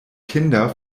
kinder